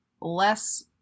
less